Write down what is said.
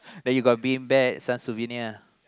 then you got bean bags some souvenir